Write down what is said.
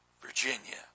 Virginia